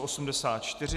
84.